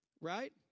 Right